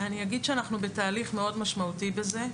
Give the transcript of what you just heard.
אני אגיד שאנחנו בתהליך מאוד משמעותי בזה.